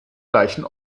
gleichen